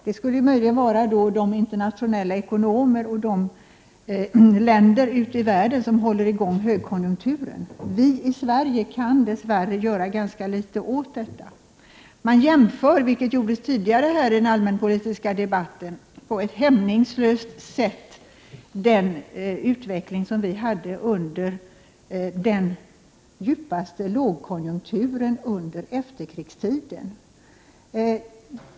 Det skulle möjligen kunna vara de internationella ekonomer och de länder ute i världen som håller i gång högkonjunkturen. Vi i Sverige kan dessvärre göra ganska litet åt detta. Man jämför, vilket gjordes tidigare här i den allmänpolitiska debatten, på ett hämningslöst sätt med den utveckling som vi hade under den djupaste lågkonjunkturen under efterkrigstiden.